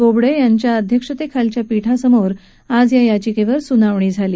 बोबडे यांच्या अध्यक्षतेखालच्या पीठासमोर आज या याचिकेवर सुनावणी झाली